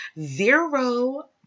zero